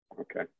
okay